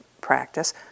practice